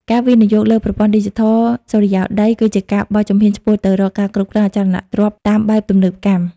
ការវិនិយោគលើប្រព័ន្ធឌីជីថលសុរិយោដី គឺជាការបោះជំហានឆ្ពោះទៅរកការគ្រប់គ្រងអចលនទ្រព្យតាមបែបទំនើបកម្ម។